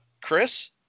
Chris